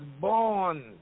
born